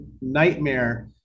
nightmare